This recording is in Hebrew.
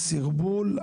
הסרבול,